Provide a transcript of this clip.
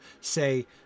say